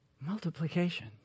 multiplication